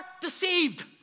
deceived